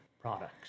products